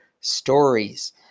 stories